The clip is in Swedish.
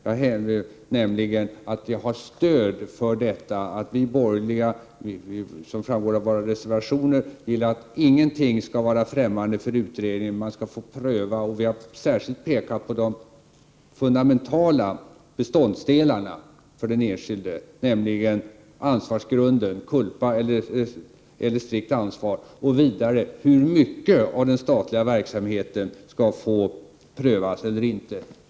Jag hävdar nämligen att jag har stöd för att vi borgerliga, vilket framgår av våra reservationer, vill att ingenting skall vara främmande för utredningen. Den skall få pröva, vilket vi särskilt har pekat på, de fundamentala beståndsdelarna för den enskilde, nämligen ansvarsgrunden, culpa eller strikt ansvar. Vidare gäller frågan hur mycket av den statliga verksamheten som skall få prövas.